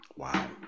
Wow